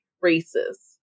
races